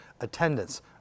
attendance